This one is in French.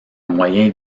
moyen